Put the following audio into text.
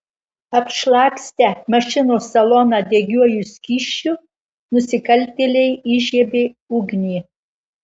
apšlakstę mašinos saloną degiuoju skysčiu nusikaltėliai įžiebė ugnį